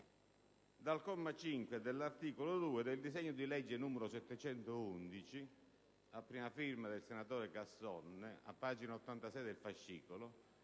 dal comma 5 dell'articolo 2 del disegno di legge n. 711, a prima firma del senatore Casson (pagina 86 del fascicolo),